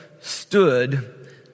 stood